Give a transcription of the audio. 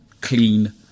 clean